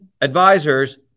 advisors